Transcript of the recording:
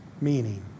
meaning